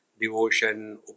devotion